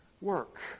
work